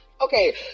Okay